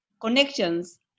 connections